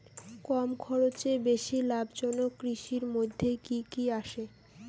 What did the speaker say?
কম খরচে বেশি লাভজনক কৃষির মইধ্যে কি কি আসে?